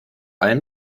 allem